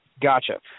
Gotcha